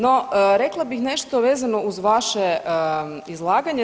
No, rekla bih nešto vezano uz vaše izlaganje.